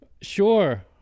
Sure